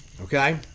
okay